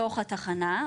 בתוך התחנה,